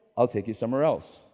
i'll take you somewhere else.